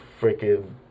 freaking